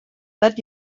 that